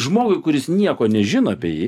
žmogui kuris nieko nežino apie jį